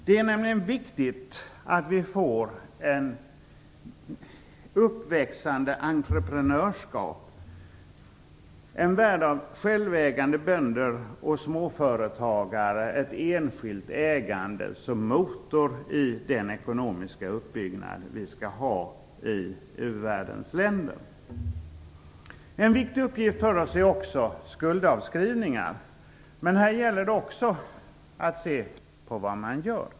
Det är nämligen viktigt att vi får ett växande entreprenörskap, en värld av självägande bönder och småföretagare, ett enskilt ägande, som motor i den ekonomiska uppbyggnad som vi skall ha i u-världens länder. En annan viktig uppgift för oss är skuldavskrivningar. Men här gäller det också att se på vad man gör.